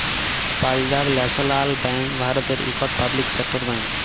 Punjab national bank ভারতের ইকট public sector bank